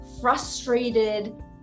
frustrated